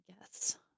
Yes